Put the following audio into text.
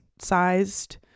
sized